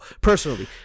personally